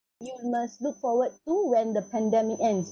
you must look forward to when the pandemic ends